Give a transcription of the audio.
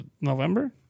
November